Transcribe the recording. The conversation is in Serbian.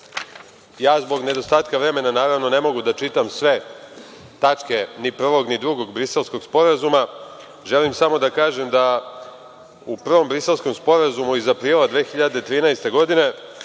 Srbije. Zbog nedostatka vremena naravno ne mogu da čitam sve tačke ni prvog ni drugog Briselskog sporazuma. Želim samo da kažem da u prvom Briselskom sporazumu iz aprila 2013. godine